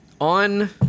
on